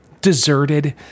deserted